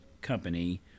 company